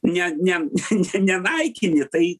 ne ne nenaikini tai